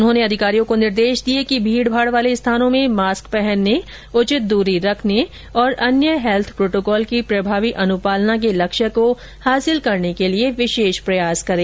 उन्होंने अधिकारियों को निर्देश दिए कि भीड़ भाड़ वाले स्थानों में मास्क पहनने उचित दूरी रखने और अन्य हैल्थ प्रोटोकॉल की प्रभावी अनुपालना के लक्ष्य को हासिल करने के लिए विशेष प्रयास करें